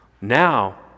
Now